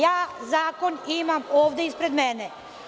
Ja zakon imam ovde ispred mene.